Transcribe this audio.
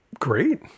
Great